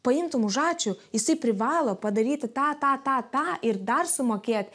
paimtum už ačiū jisai privalo padaryti tą tą tą tą ir dar sumokėt